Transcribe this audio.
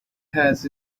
has